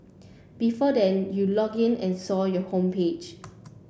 before then you log in and saw your homepage